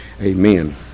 amen